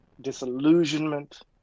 disillusionment